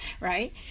Right